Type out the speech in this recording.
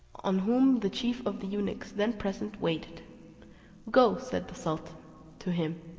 on whom the chief of the eunuchs, then present, waited go, said the sultan to him,